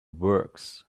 works